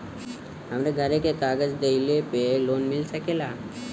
हमरे घरे के कागज दहिले पे लोन मिल सकेला?